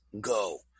go